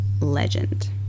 legend